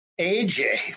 AJ